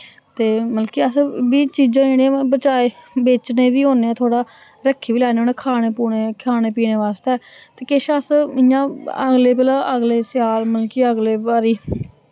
ते मतलब कि अस बी चीजां जेह्ड़ियां बचाए बेचने बी होने थोह्ड़ा रक्खी बी लैने होन्ने खाने पुने खाने पीने वास्तै ते किश अस इ'यां अगले भला अगले स्याल मतलब कि अगले बारी